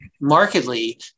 markedly